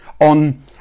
on